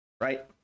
right